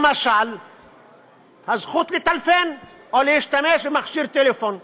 למשל הזכות לטלפן או להשתמש במכשיר טלפון.